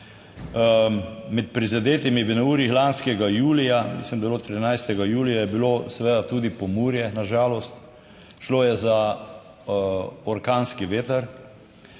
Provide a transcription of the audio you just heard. Med prizadetimi v neurjih lanskega julija, mislim da je bilo 13. julija, je bilo seveda tudi Pomurje, na žalost, šlo je za orkanski veter.